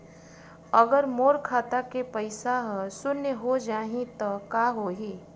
अगर मोर खाता के पईसा ह शून्य हो जाही त का होही?